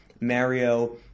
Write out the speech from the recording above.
Mario